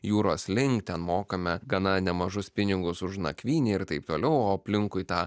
jūros link ten mokame gana nemažus pinigus už nakvynę ir taip toliau o aplinkui tą